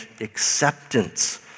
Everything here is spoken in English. acceptance